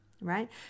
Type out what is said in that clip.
right